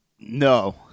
No